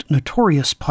Notorious